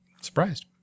Surprised